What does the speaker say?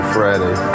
Friday